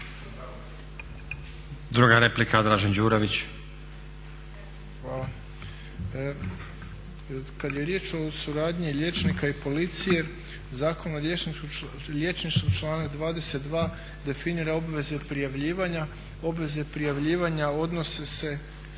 **Đurović, Dražen (HDSSB)** Hvala. Kad je riječ o suradnji liječnika i policije Zakon o liječništvu članak 22.definira obveze prijavljivanja. Obveze prijavljivanja odnose se